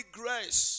grace